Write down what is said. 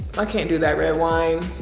i can't do that red wine.